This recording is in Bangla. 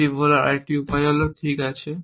এটি বলার একটি উপায় হল ঠিক আছে